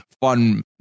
fun